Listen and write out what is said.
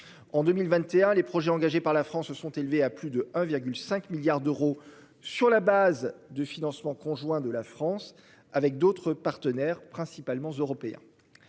En 2021, les projets engagés par la France se sont élevées à plus de 1,5 milliards d'euros sur la base de financement conjoint de la France avec d'autres partenaires principalement européens.